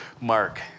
Mark